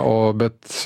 o bet